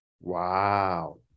Wow